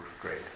great